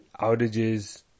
outages